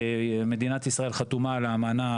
מדינת ישראל חתומה על האמנה.